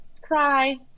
Cry